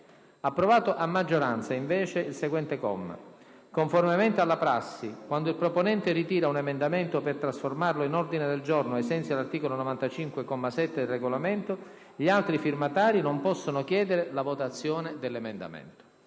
approvata a maggioranza la seguente parte: «Conformemente alla prassi, quando il proponente ritira un emendamento per trasformarlo in ordine del giorno ai sensi dell'articolo 95, comma 7, del Regolamento, gli altri firmatari non possono chiedere la votazione dell'emendamento».